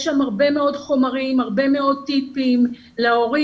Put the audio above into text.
בו יש הרבה מאוד חומרים והרבה מאוד טיפים להורים,